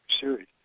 series